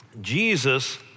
Jesus